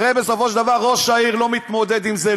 הרי בסופו של דבר ראש העיר לא מתמודד עם זה,